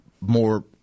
more